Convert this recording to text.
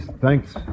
Thanks